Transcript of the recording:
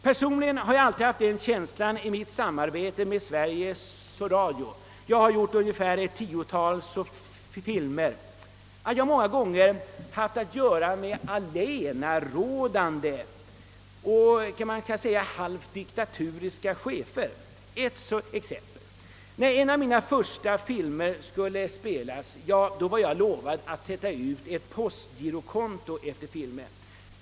Personligen har jag haft den känslan i mitt samarbete med Sveriges Radio — jag har gjort ett tiotal TV-filmer — att jag många gånger haft att göra med allenarådande och halvt diktatoriska chefer. Ett exempel: när en av mina första filmer skulle spelas hade jag lovats att få med en uppgift om ett postgirokonto, dit gåvor kunde sändas.